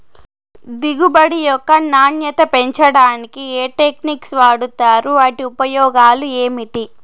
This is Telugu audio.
దిగుబడి యొక్క నాణ్యత పెంచడానికి ఏ టెక్నిక్స్ వాడుతారు వాటి ఉపయోగాలు ఏమిటి?